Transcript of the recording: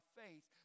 faith